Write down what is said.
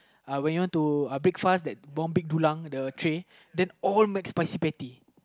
when you want to break fast then want be to the tray then all McSpicy patty